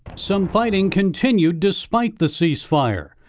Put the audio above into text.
some fighting continued despite the cease-fire.